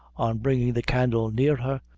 on bringing the candle near her,